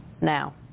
now